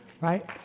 right